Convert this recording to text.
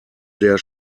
der